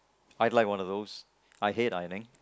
I'd like one of those I hate ironing